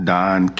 Don